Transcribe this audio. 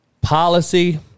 policy